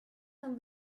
non